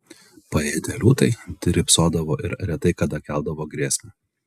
paėdę liūtai drybsodavo ir retai kada keldavo grėsmę